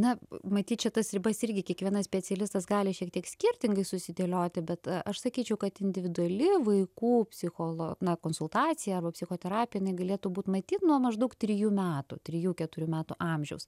na matyt čia tas ribas irgi kiekvienas specialistas gali šiek tiek skirtingai susidėlioti bet aš sakyčiau kad individuali vaikų psicholo na konsultacija arba psichoterapija jinai galėtų būt matyt nuo maždaug trijų metų trijų keturių metų amžiaus